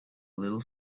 little